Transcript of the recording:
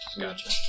Gotcha